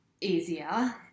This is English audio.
easier